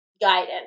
guidance